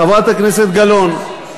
חברת הכנסת גלאון,